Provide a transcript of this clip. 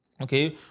Okay